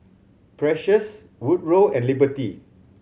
Precious Woodrow and Liberty